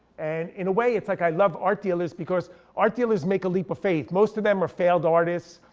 and in a way it's like i love art dealers because art dealers make a leap of faith. most of them are failed artists.